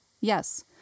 yes